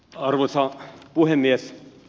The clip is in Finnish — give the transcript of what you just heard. arvoisa puhemies